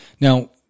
now